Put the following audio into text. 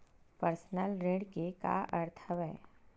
Personal ऋण के का अर्थ हवय?